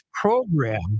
program